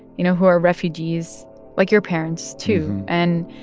you know, who are refugees like your parents, too. and